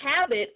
habit